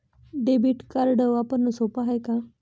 Debit card वापरणं सोप हाय का?